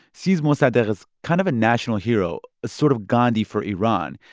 sees mossadegh as kind of a national hero, a sort of gandhi for iran.